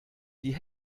die